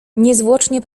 niezwłocznie